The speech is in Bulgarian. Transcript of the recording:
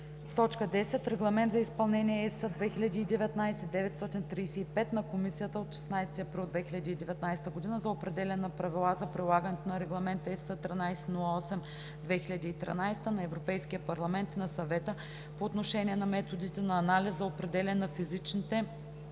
г.). 10. Регламент за изпълнение (ЕС) 2019/935 на Комисията от 16 април 2019 г. за определяне на правила за прилагането на Регламент (ЕС) № 1308/2013 на Европейския парламент и на Съвета по отношение на методите на анализ за определяне на физичните,